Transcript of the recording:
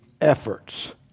efforts